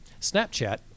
Snapchat